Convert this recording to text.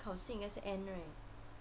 考试应该是 end right